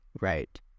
Right